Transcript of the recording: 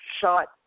shot